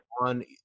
on